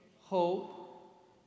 hope